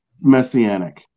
messianic